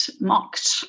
mocked